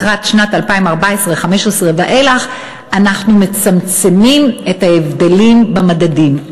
לקראת שנת 2014 2015 ואילך אנחנו מצמצמים את ההבדלים במדדים.